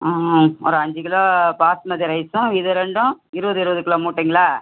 ஒரு அஞ்சு கிலோ பாஸ்மதி ரைஸும் இது ரெண்டும் இருபது இருபது கிலோ மூட்டைங்களா